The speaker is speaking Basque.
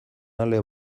ale